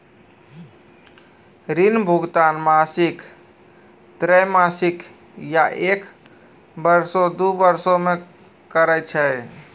ऋण भुगतान मासिक, त्रैमासिक, या एक बरसो, दु बरसो मे करै छै